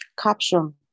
caption